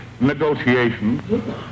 negotiations